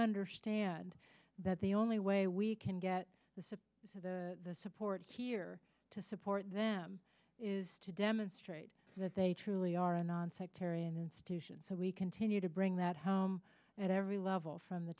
understand that the only way we can get the support of the support here to support them is to demonstrate that they truly are a nonsectarian institution so we continue to bring that home at every level from the